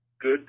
good